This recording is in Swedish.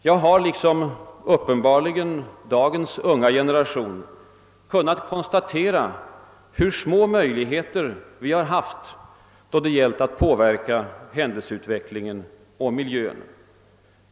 Jag har, liksom uppenbarligen dagens unga generation, kunnat konstatera hur små möjligheter vi har haft då det gällt att påverka händelseutvecklingen och miljön.